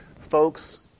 folks